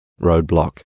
Roadblock